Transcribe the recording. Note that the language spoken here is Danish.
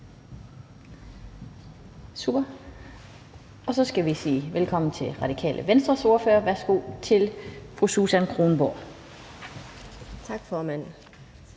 Så skal vi sige velkommen til Radikale Venstres ordfører. Værsgo til fru Susan Kronborg. Kl.